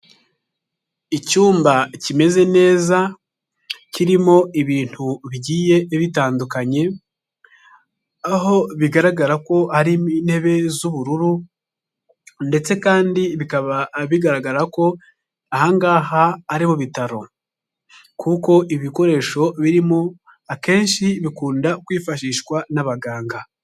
Icyumba kimeze neza, kirimo ibintu bigiye bitandukanye, aho bigaragara ko hari mo intebe z'ubururu ndetse kandi bikaba bigaragara ko aha ngaha ari bitaro, kuko ibikoresho birimo akenshi bikunda kwifashishwa n'abaganga.